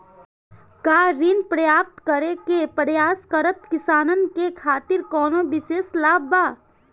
का ऋण प्राप्त करे के प्रयास करत किसानन के खातिर कोनो विशेष लाभ बा